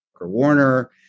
Warner